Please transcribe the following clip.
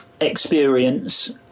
experience